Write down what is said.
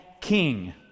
king